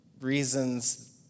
reasons